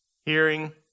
hearing